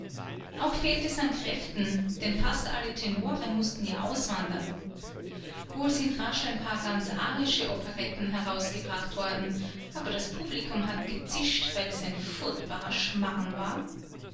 auch fehlt es an kräften denn fast alle tenore mußten ja auswandern wohl sind rasch ein paar ganz arische operetten herausgebracht worden aber das publikum hat gezischt weil es ein furchtbarer schmarren war